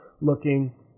looking